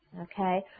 Okay